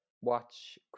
watch